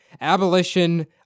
abolition